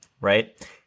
right